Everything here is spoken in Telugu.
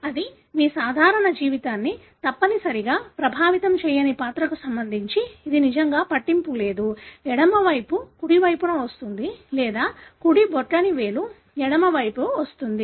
అది మీ సాధారణ జీవితాన్ని తప్పనిసరిగా ప్రభావితం చేయని పాత్రకు సంబంధించి ఇది నిజంగా పట్టింపు లేదు ఎడమవైపు కుడి వైపున వస్తుంది లేదా కుడి బొటనవేలు ఎడమవైపు వస్తుంది